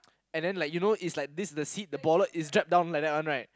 and then like you know it's like this the seat the bollard is draped down like that one right